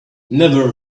never